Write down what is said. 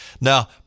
Now